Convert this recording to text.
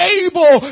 able